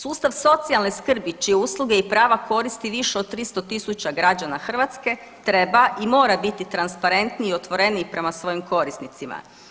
Sustav socijalne skrbi čije usluge i prava koristi više od 300.000 građana Hrvatske treba i mora biti transparentniji i otvoreniji prema svojim korisnicima.